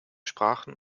sprachen